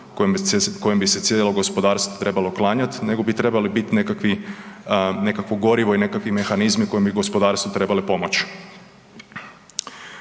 kojem bi se cijelo gospodarstvo trebalo klanjati, nego bi trebali biti nekakvo gorivo i nekakvi mehanizmi koje bi gospodarstvu trebalo pomoć.